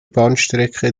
bahnstrecke